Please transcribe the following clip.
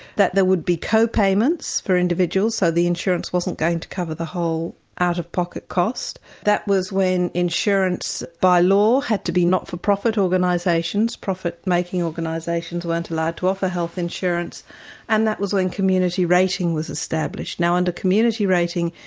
that there would be co-payments for individuals, so the insurance wasn't going to cover the whole out-of-pocket cost. that was when insurance by law had to be not for profit organisations profit-making organisations weren't allowed to offer health insurance and that was when community rating was established. now under community rating,